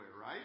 right